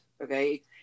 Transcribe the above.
Okay